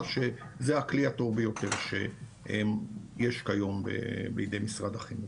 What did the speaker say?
שזה הכלי הטוב ביותר שיש כיום בידי משרד החינוך.